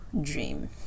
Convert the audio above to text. dream